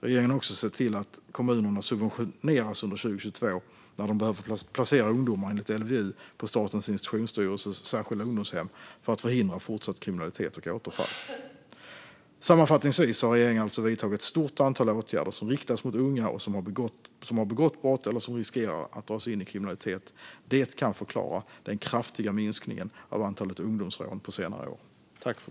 Regeringen har också sett till att kommunerna subventioneras under 2022 när de behöver placera ungdomar enligt LVU på Statens institutionsstyrelses särskilda ungdomshem för att förhindra fortsatt kriminalitet och återfall. Sammanfattningsvis har regeringen alltså vidtagit ett stort antal åtgärder som riktas mot unga som har begått brott eller som riskerar att dras in i kriminalitet. Det kan förklara den kraftiga minskningen av antalet ungdomsrån på senare år.